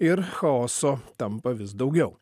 ir chaoso tampa vis daugiau